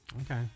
Okay